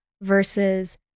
Versus